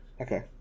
Okay